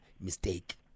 mistake